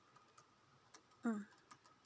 mm